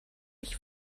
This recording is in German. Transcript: ich